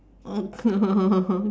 oh no